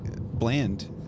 bland